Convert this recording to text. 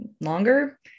longer